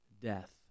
death